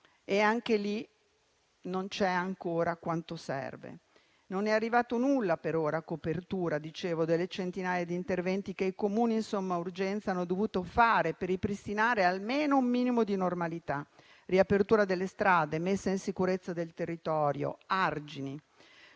anche lì non c'è ancora quanto serve. Non è arrivato nulla per ora a copertura delle centinaia di interventi che i Comuni in somma urgenza hanno dovuto fare per ripristinare almeno un minimo di normalità: riapertura delle strade, messa in sicurezza del territorio, argini.